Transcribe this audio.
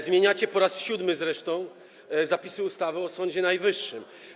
Zmieniacie, po raz siódmy zresztą, zapisy ustawy o Sądzie Najwyższym.